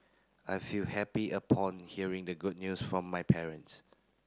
I feel happy upon hearing the good news from my parents